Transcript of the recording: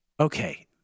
okay